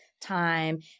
time